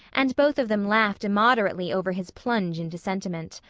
and both of them laughed immoderately over his plunge into sentiment.